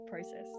process